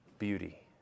beauty